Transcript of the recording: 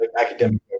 Academic